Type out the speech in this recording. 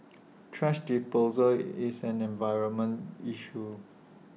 thrash disposal IT is an environmental issue